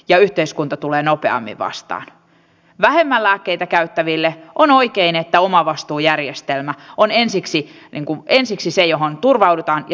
ja yhteiskunta tulee nopeammin vastaan vähemmän lääkkeitä käyttävillä on oikein että esityksissä on se johon turvaudutaan ja